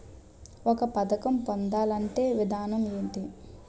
ఒక పథకం పొందాలంటే విధానం ఏంటి?